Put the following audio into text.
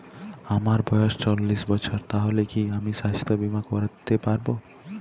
আমার বয়স চল্লিশ বছর তাহলে কি আমি সাস্থ্য বীমা করতে পারবো?